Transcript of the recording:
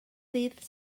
ddydd